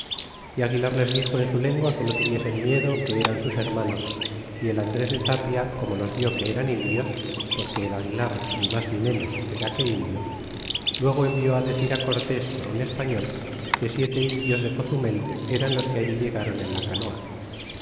y aguilar les dixo en su lengua que no tuviesen miedo que eran sus hermanos y el andres de tapia como los vi que eran indios porque el aguilar ni mas ni menos era que indio luego envió á decir á cortés con un español que siete indios de cozumel eran los que allí ilegáron en la canoa